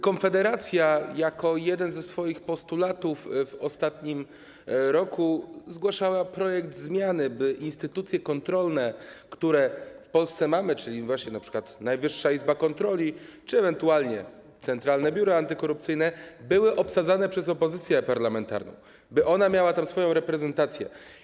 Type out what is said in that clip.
Konfederacja jako jeden ze swoich postulatów w ostatnim roku zgłaszała projekt zmiany, by instytucje kontrolne, które mamy w Polsce, czyli np. Najwyższa Izba Kontroli czy ewentualnie Centralne Biuro Antykorupcyjne, były obsadzane przez opozycję parlamentarną, by ona miała tam swoją reprezentację.